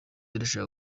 irashaka